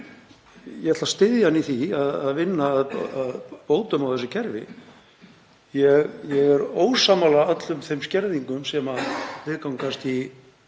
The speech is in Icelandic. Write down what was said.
Ég ætla að styðja hann í því að vinna að bótum á þessu kerfi. Ég er ósammála öllum þeim skerðingum sem viðgangast í